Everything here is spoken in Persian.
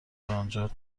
انجا